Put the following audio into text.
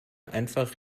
einfach